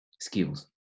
skills